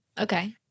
okay